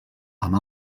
amb